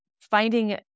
finding